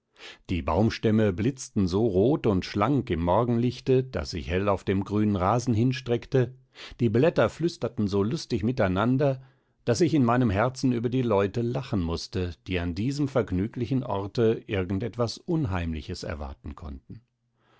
die baumstämme blitzten so rot und schlank im morgenlichte das sich hell auf dem grünen rasen hinstreckte die blätter flüsterten so lustig miteinander daß ich in meinem herzen über die leute lachen mußte die an diesem vergnüglichen orte irgend etwas unheimliches erwarten konnten